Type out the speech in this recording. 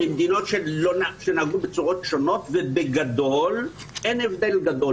מדינות שנהגו בצורות שונות ובגדול אין הבדל גדול